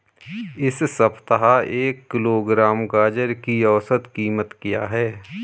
इस सप्ताह एक किलोग्राम गाजर की औसत कीमत क्या है?